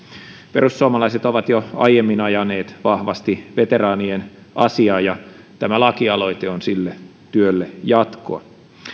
perussuomalaiset ovat jo aiemmin ajaneet vahvasti veteraanien asiaa ja tämä lakialoite on sille työlle jatkoa